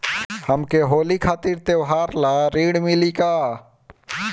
हमके होली खातिर त्योहार ला ऋण मिली का?